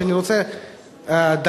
מהצד,